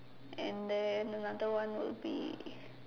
and then another one will be